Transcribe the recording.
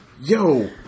yo